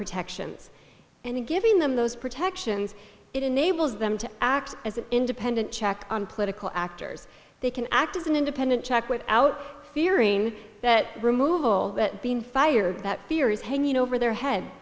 protections and giving them those protections it enables them to act as an independent check on political actors they can act as an independent check without fearing that removal that being fired that fear is hanging over their head